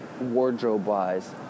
wardrobe-wise